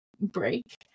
break